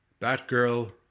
Batgirl